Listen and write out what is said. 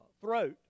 throat